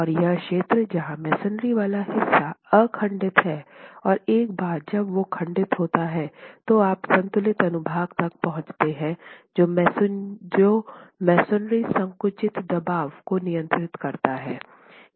और यह क्षेत्र जहां मसोनरी वाला हिस्सा अखंडित है और एक बार जब वो खंडित होता है तो आप संतुलित अनुभाग तक पहुँचते हैं जो मसोनरी संकुचित दबाव को नियंत्रित करता है